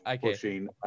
pushing